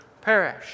perish